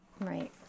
Right